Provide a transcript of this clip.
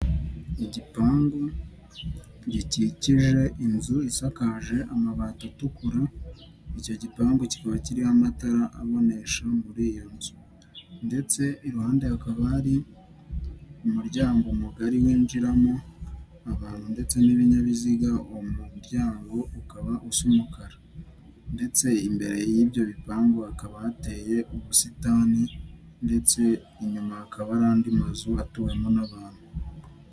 Igipangu gikikije inzu isakaje amabati atukura icyo gipangu kikaba kiriho amatara abonesha muri iyo nzu, ndetse iruhande hakaba hari umuryango mugari winjiramo abantu ndetse n'ibinyabiziga uwo muryango ukaba usa umukara ndetse imbere y'ibyo bipangu hakaba hateye ubusitani ndetse inyuma hakaba hari andi mazu atuwemo n'abantu.